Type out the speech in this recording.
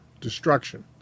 destruction